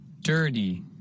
Dirty